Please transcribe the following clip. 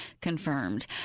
confirmed